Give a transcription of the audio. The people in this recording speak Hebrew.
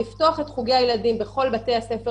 פתיחה של חוגי הילדים בכל בתי הספר